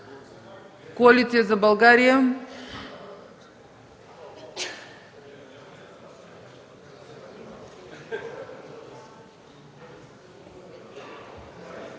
Коалиция за България.